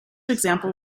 example